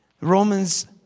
Romans